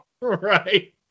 Right